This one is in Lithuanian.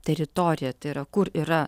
teritoriją tai yra kur yra